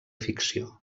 ficció